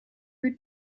would